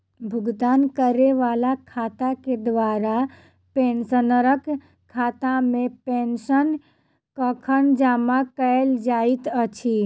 भुगतान करै वला शाखा केँ द्वारा पेंशनरक खातामे पेंशन कखन जमा कैल जाइत अछि